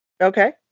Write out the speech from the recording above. Okay